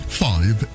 five